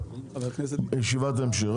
ישיבת המשך.